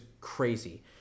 crazy